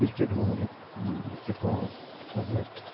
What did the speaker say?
cricket ମୋର ଲ ଏକ ଫେଭରେଟ